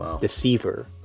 deceiver